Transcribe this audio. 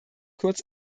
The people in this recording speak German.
kurz